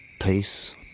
peace